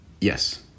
Yes